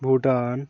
Bhutan